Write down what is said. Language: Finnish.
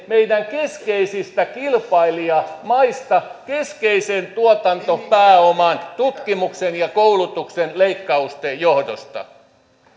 meidän keskeisistä kilpailijamaistamme keskeisen tuotantopääoman tutkimuksen ja koulutuksen leikkausten johdosta